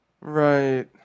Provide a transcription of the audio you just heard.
Right